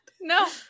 no